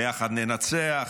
ביחד ננצח,